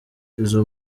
izo